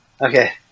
okay